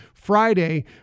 Friday